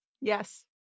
Yes